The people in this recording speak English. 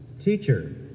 teacher